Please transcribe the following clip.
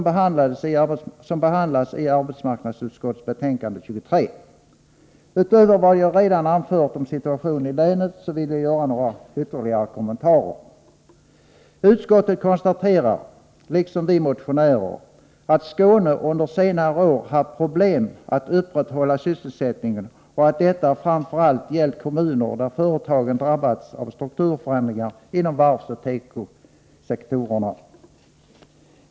Motionen behandlas i arbetsmarknadsutskottets betänkande 23, och utöver vad jag redan anfört vill jag göra ytterligare några kommentarer. Utskottet konstaterar — liksom vi motionärer — att Skåne under senare år haft problem med att upprätthålla sysselsättningen och att detta framför allt gällt kommuner där företagen drabbats av strukturförändringar inom varvsoch tekosektorerna.